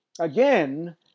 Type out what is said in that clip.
Again